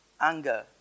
anger